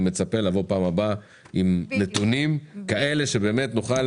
אני מצפה לבוא פעם הבאה עם נתונים כאלה שבאמת נוכל